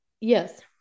yes